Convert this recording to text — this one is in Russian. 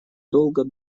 долго